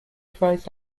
cries